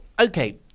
okay